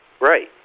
Right